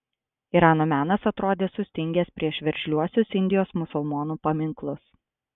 irano menas atrodė sustingęs prieš veržliuosius indijos musulmonų paminklus